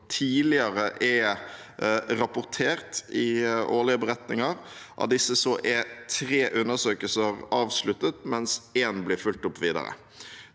tidligere er rapportert i årlige beretninger. Av disse er tre undersøkelser avsluttet, mens én blir fulgt opp videre.